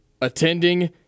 attending